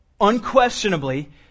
unquestionably